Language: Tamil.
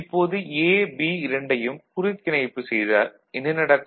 இப்போது A B இரண்டையும் குறுக்கிணைப்பு செய்தால் என்ன நடக்கும்